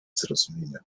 zrozumienia